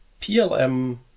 PLM